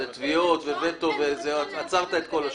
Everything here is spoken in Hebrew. תביעות ווטו ועצרת את כל השוק.